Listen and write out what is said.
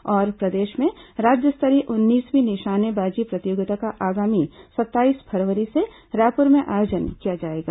और प्रदेश में राज्य स्तरीय उन्नीसवीं निशानेबाजी प्रतियोगिता का आगामी सत्ताईस फरवरी से रायपुर में आयोजन किया जाएगा